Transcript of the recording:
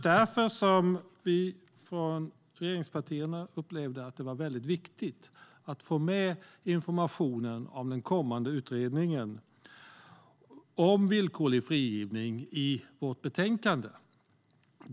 Därför upplevde vi regeringspartier att det var viktigt att få med informationen om den kommande utredningen om villkorlig frigivning i betänkandet.